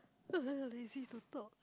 lazy to talk